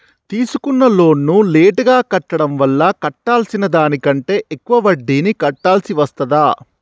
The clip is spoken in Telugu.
తీసుకున్న లోనును లేటుగా కట్టడం వల్ల కట్టాల్సిన దానికంటే ఎక్కువ వడ్డీని కట్టాల్సి వస్తదా?